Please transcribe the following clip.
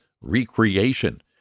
recreation